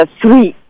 three